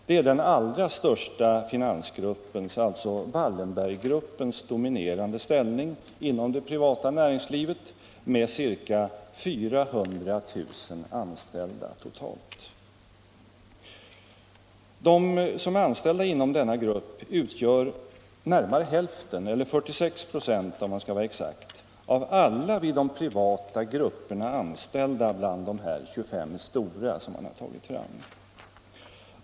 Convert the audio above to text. Det är den allra största finansgruppens, alltså Wallenberggruppens, dominerande ställning inom det privata näringslivet med ca 400 000 anställda totalt. De inom denna grupp anställda utgör närmare hälften — eller 46 96, om man skall vara exakt — av alla vid de privata grupperna anställda bland ”de 25 stora”.